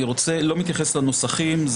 אני לא מתייחס לנוסחים,